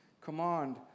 command